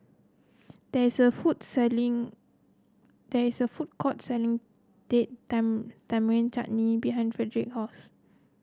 there is a food selling there is a food court selling Date Tamarind Chutney behind Fredric's house